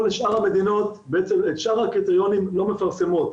כל שאר המדינות את שאר הקריטריונים לא מפרסמות,